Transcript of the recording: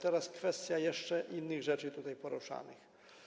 Teraz kwestia jeszcze innych rzeczy tutaj poruszanych.